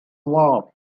warm